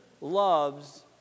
loves